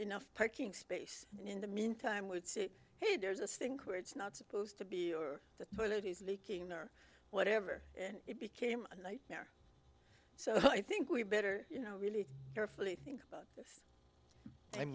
enough parking space and in the meantime would say hey there's a stink where it's not supposed to be or the toilet is leaking or whatever and it became a nightmare so i think we better you know really carefully